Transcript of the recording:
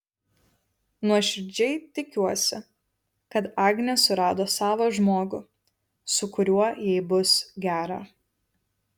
nuoširdžiai tikiuosi kad agnė surado savą žmogų su kuriuo jai bus gera